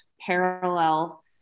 parallel